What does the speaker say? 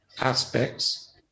aspects